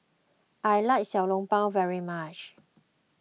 I like Xiao Long Bao very much